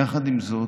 יחד עם זאת,